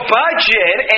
budget